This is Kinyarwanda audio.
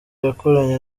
yakoranye